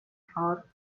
her